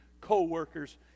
co-workers